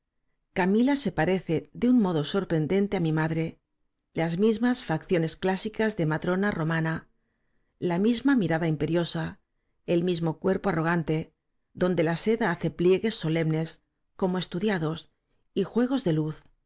camila se parece de un modo sorprendente á mi madre las mismas facciones clásicas de matrona r o mana la misma mirada imperiosa el mismo cuerpo arrogante donde la seda hace pliegues solemnes como estudiados y juegos de luz